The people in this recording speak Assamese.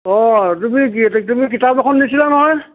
অঁ তুমি কি তুমি কিতাপ দুখন নিছিলা নহয়